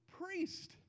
priest